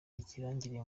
ikirangirire